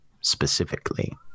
specifically